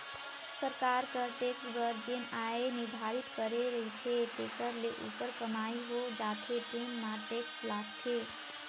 सरकार कर टेक्स बर जेन आय निरधारति करे रहिथे तेखर ले उप्पर कमई हो जाथे तेन म टेक्स लागथे